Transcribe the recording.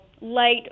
light